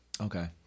Okay